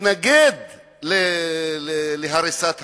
להתנגד להריסת הבית,